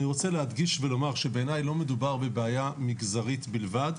אני רוצה להדגיש ולומר שבעיניי לא מדובר בבעיה מגזרית בלבד,